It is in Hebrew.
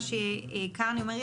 מה שקרני אומר,